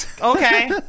Okay